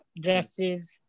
dresses